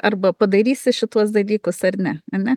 arba padarysi šituos dalykus ar ne ne